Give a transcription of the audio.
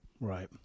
Right